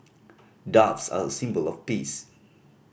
doves are a symbol of peace